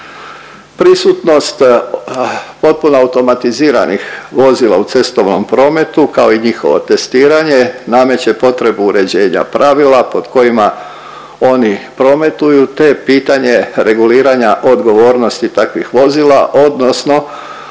Prisutnost potpuno automatiziranih vozila u cestovnom prometu kao i njihovo testiranje nameće potrebu uređenja pravila pod kojima oni prometuju te pitanje reguliranja odgovornosti takvih vozila odnosno